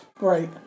Right